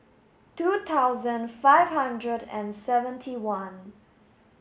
two thousand five hundred and seventy one